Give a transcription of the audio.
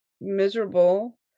miserable